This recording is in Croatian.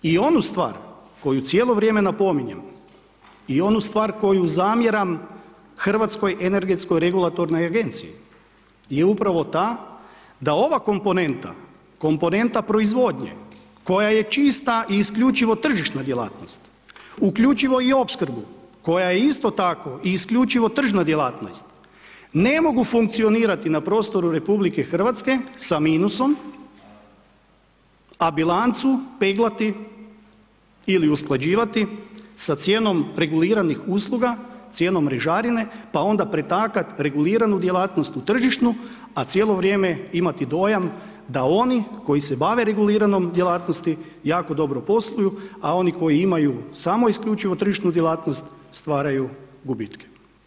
I onu stvar, koju cijelo vrijeme napominjem i onu stvar koju zamjeram Hrvatskoj energetskoj regulativnoj agenciji je upravo ta, da ova komponenta, komponenta proizvodnje koja je čista i isključivo tržišta djelatnost uključivo i opskrbu, koja je isto tako i isključivao tržišna djelatnost, ne mogu funkcionirati na prostoru RH, sa minusom, a bilancu peglati ili usklađivati sa cijenom reguliranih usluga, cijenom režarine, pa onda pretakati reguliranu djelatnost u tržišnu, a cijelo vrijeme imati dojam, da oni koji se bavi reguliranom djelatnosti, jako dobro posluju, a oni koji imaju samo isključivo tržišnu djelatnost stvaraju gubitke.